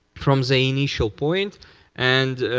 from the initial point and